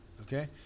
okay